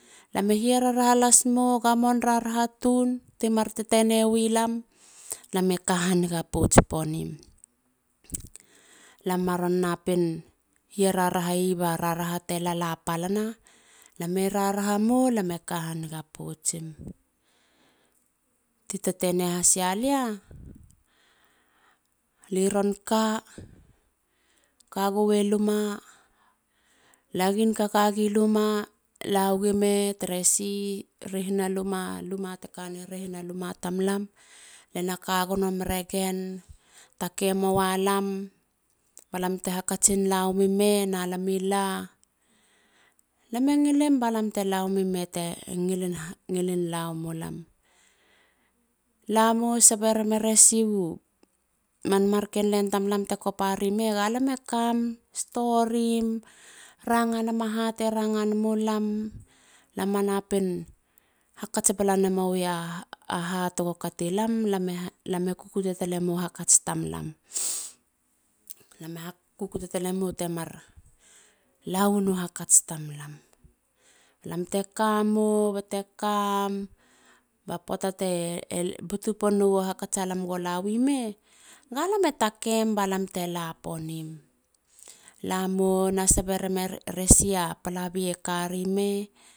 Lam e hiararaha las mo. gaamon raraha tun ti mar tetene wi lam. lam e ka haniga pouts ponim. Lam maron napin hiararahayi ba hia raraha te lala palanama. lam e raraha mo. lam e ka haniga poutsim ti tetene has ya lia. liron ka. kagowe luma. lagin kaka gowe luma. lawigime tere si tehina luma. luma te kane rehina luma tamlam. lena kagono meregen,. ta ke mowa lam. ba lam te hakatsin la wemime. lam i la. lam e ngilim balam te lawemi mei te ngilin la wemolam. lamo. sebe reme resi u man marken len tam lam te kopa rime. lam ekam. storim. ranga nema ha te ranga nemu lam. lam manapin hakats bala nemowi a ha tego kati lam. lam e kukute talemo hhakats tamlam. lam e kukute talemo temar lawa ni hakats i tamlam. lam te kamou ba te kam. ba poata te e butu pon nowo hakats alam go lawi me. galame takem ba te la ponim. lamo n sabe reme resi a palabi e karimei?